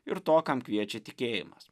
ir to kam kviečia tikėjimas